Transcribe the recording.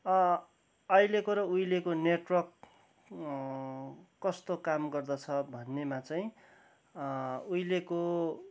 अहिलेको र उहिलेको नेटवर्क कस्तो काम गर्दछ भन्नेमा चाहिँ उहिलेको